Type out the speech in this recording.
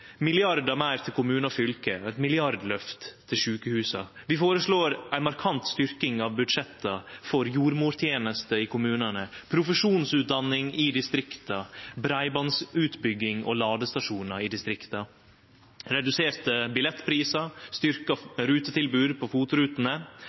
milliardar meir til kommunar og fylke og eit milliardløft til sjukehusa. Vi føreslår ei markant styrking av budsjetta for jordmorteneste i kommunane, profesjonsutdanning i distrikta, breibandutbygging og ladestasjonar i distrikta, reduserte billettprisar,